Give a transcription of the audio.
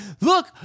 look